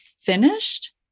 finished